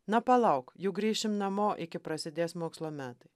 na palauk juk grįšim namo iki prasidės mokslo metai